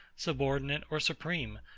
subordinate or supreme,